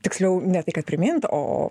tiksliau ne tai kad primint o o